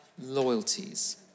loyalties